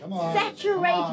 saturate